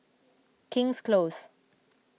King's Close